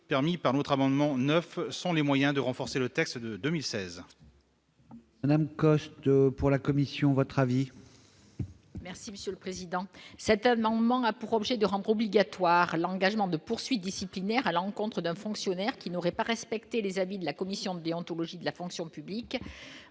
permis par votre amendement 9 sans les moyens de renforcer le texte de 2016. Madame Coste pour la Commission va être ravi. Merci Monsieur le Président, cet amendement a pour objet de rendre obligatoire l'engagement de poursuites disciplinaires à l'encontre d'un fonctionnaire qui n'aurait pas respecté les avis de la commission déontologie de la fonction publique